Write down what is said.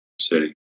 City